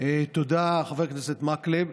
תודה, חבר הכנסת מקלב.